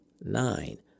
Nine